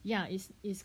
ya is is